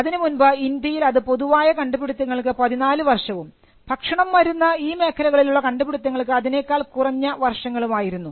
അതിനു മുൻപ് ഇന്ത്യയിൽ അത് പൊതുവായ കണ്ടുപിടിത്തങ്ങൾക്ക് 14 വർഷവും ഭക്ഷണം മരുന്ന് ഈ മേഖലകളിലുള്ള കണ്ടുപിടിത്തങ്ങൾക്ക് അതിനേക്കാൾ കുറഞ്ഞ വർഷങ്ങളും ആയിരുന്നു